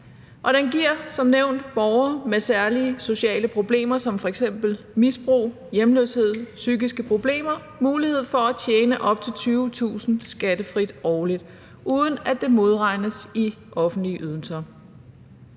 den giver som nævnt borgere med særlige sociale problemer som f.eks. misbrug, hjemløshed og psykiske problemer mulighed for at tjene op til 20.000 kr. skattefrit årligt, uden at det modregnes i de offentlige ydelser.